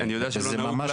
אני יודע שלא נהוג,